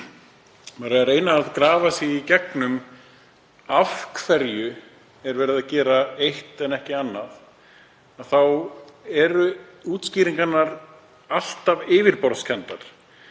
maður er að reyna að grafa sig í gegnum af hverju verið er að gera eitt en ekki annað þá eru útskýringarnar alltaf yfirborðskenndar.